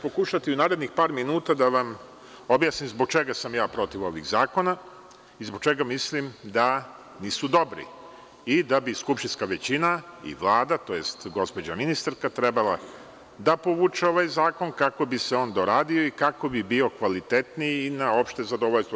Pokušaću u narednih par minuta da vam objasnim zbog čega sam protiv ovih zakona i zbog čega mislim da nisu dobri i da bi skupštinska većina i Vlada, tj. gospođa ministarka trebalo da povuče ovaj zakon kako bi se on doradio i kako bi bio kvalitetniji i na opšte zadovoljstvo.